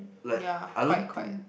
like I don't think